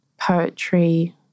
Poetry